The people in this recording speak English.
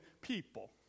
people